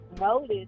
notice